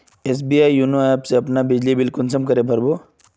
SBI YONO app से अपना बिजली बिल कुंसम करे भर बो?